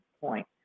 point